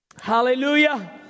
Hallelujah